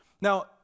Now